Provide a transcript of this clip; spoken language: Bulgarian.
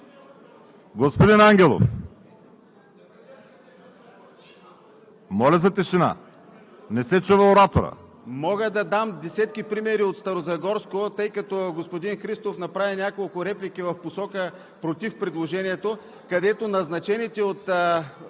господин Ангелов, моля за тишина, не се чува ораторът!